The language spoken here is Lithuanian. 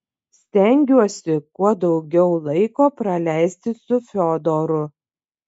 stengiuosi kuo daugiau laiko praleisti su fiodoru